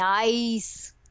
Nice